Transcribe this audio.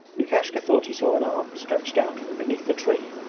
lukashka thought he saw an arm stretched out from beneath the tree.